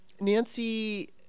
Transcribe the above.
Nancy